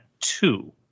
two